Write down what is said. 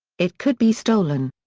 it could be stolen.